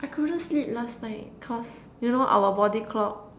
I couldn't sleep last night cause you know our body clock